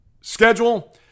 schedule